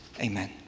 Amen